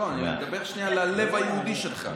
לא, אני מדבר שנייה ללב היהודי שלך.